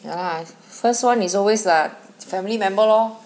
ya lah first one is always ah family member lor